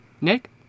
Nick